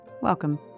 welcome